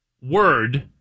word